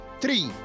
Three